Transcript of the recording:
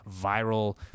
viral